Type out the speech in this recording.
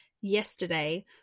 yesterday